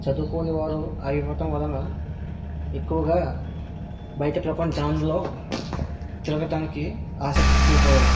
చదువుకోని వారు అవ్వటం వలన ఎక్కువగా బయట ప్రపంచంలో తిరగటానికి ఆసక్తి చూపరు